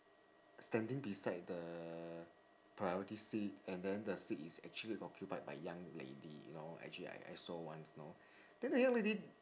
standing beside the priority seat and then seat is actually occupied by young lady you know actually I I saw once you know then the young lady